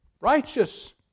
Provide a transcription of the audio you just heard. righteous